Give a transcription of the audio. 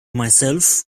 myself